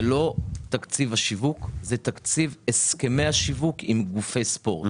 זה לא תקציב השיווק אלא זה תקציב הסכמי השיווק עם גופי ספורט.